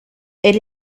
elle